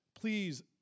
please